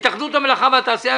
התאחדות המלאכה והתעשייה.